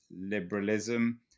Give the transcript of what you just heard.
liberalism